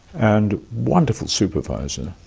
and wonderful supervisor.